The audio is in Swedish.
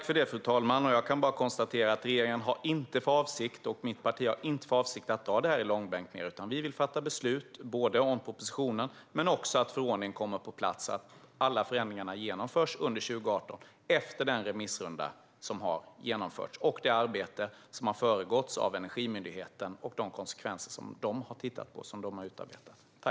Fru talman! Jag kan bara konstatera att regeringen och mitt parti inte har för avsikt att dra det här i långbänk mer. Vi vill fatta beslut om propositionen och om att få förordningen på plats så att alla förändringar genomförs under 2018 efter den remissrunda som har genomförts och efter det arbete som har föregåtts av Energimyndigheten och de konsekvenser som man där har tittat på.